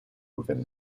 within